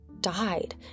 died